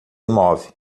move